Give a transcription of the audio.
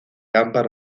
ámbar